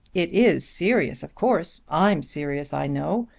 it is serious, of course. i'm serious, i know.